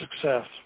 success